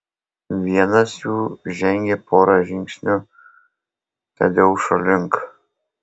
vienas jų žengė porą žingsnių tadeušo link